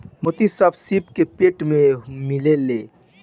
मोती सब सीपी के पेट में मिलेला